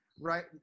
right